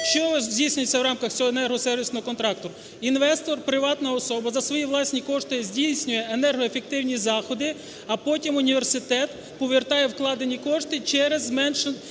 Що здійснюється в рамках цього енергосервісного контракту? Інвестор (приватна особа) за свої власні кошти здійснює енергоефективні заходи, а потім університет повертає вкладені кошти через сплату